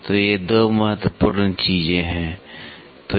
तो ये 2 बहुत महत्वपूर्ण चीजें हैं तो यही है